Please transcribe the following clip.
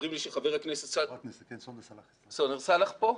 אומרים לי שחברת הכנסת סונדוס סאלח כאן.